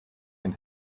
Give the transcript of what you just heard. and